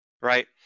right